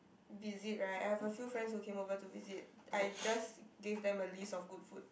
visit right I have a few friends who came over to visit I just give them a list of good food